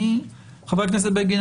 חבר הכנסת בגין,